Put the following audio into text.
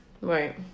right